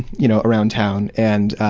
you know, around town, and